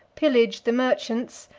pillaged the merchants,